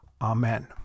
Amen